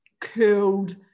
curled